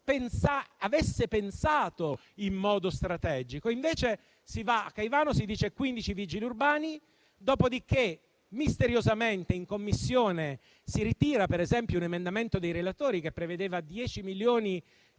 avesse pensato in modo strategico. Invece si va a Caivano, si dice quindici vigili urbani, dopodiché misteriosamente in Commissione si ritira, per esempio, un emendamento dei relatori che prevedeva 10 milioni di